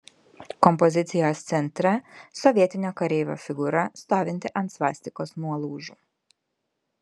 kompozicijos centre sovietinio kareivio figūra stovinti ant svastikos nuolaužų